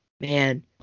Man